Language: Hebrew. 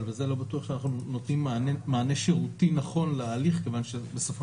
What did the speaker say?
אבל בזה לא בטוח שאנחנו נותנים מענה שירותי נכון להליך כיוון שבסופו